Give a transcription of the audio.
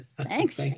Thanks